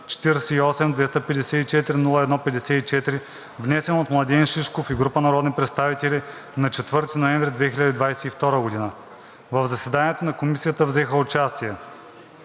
48-254-01-54, внесен от Младен Шишков и група народни представители на 4 ноември 2022 г. В заседанието на Комисията взеха участие: